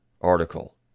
article